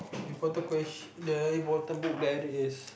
important ques~ the important book there is